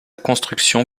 construction